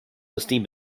esteem